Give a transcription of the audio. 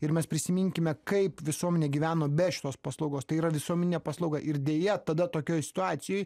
ir mes prisiminkime kaip visuomenė gyveno be šitos paslaugos tai yra visuomeninė paslauga ir deja tada tokioj situacijoj